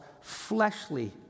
fleshly